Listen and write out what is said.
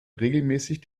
regelmäßig